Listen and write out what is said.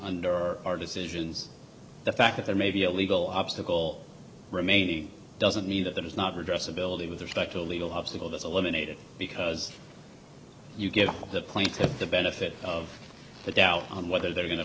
under our decisions the fact that there may be a legal obstacle remaining doesn't need it there is not redress ability with respect to a legal obstacle that's eliminated because you get the point of the benefit of the doubt on whether they're going to